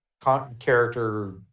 character